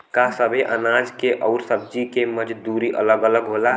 का सबे अनाज के अउर सब्ज़ी के मजदूरी अलग अलग होला?